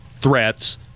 threats